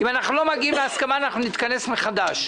אם אנחנו לא מגיעים להסכמה אנחנו נתכנס מחדש.